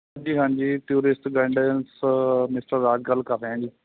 ਹਾਂਜੀ ਹਾਂਜੀ tourist guidance mister Raj ਗੱਲ ਕਰ ਰਿਹਾ ਜੀ